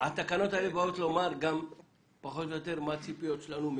התקנות האלה באות לומר פחות או יותר מה הציפיות שלנו ממלווה.